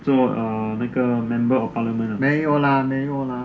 做那个 member of parliament ah